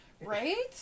Right